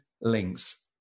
links